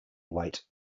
weight